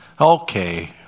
Okay